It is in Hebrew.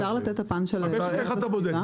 איך אתה בודק?